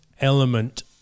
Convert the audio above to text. element